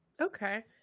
Okay